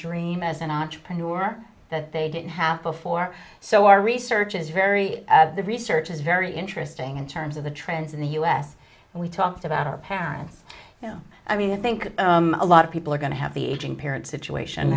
dream as an entrepreneur that they didn't have before so our research is very the research is very interesting in terms of the trends in the u s and we talked about our parents i mean i think a lot of people are going to have the aging parents situation